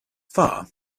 far